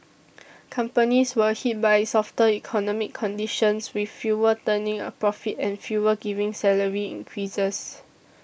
companies were hit by softer economic conditions with fewer turning a profit and fewer giving salary increases